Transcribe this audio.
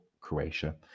croatia